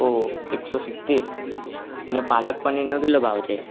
ઓ એકસો સિત્તેર અને પાલક પનીરનો કેટલો ભાવ છે